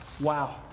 Wow